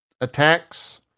attacks